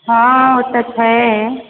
हँ ओ तऽ छै